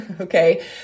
Okay